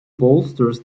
bolsters